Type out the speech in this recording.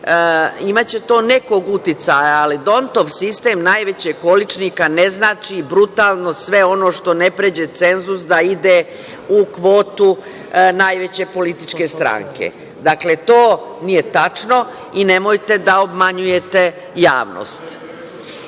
imaće to nekog uticaja, ali Dontov sistem najvećeg količnika ne znači brutalno sve ono što ne pređe cenzus da ide u kvotu najveće političke stranke. Dakle, to nije tačno i nemojte da obmanjujete javnost. Mi